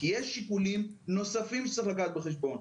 יש שיקולים נוספים שצריך לקחת בחשבון.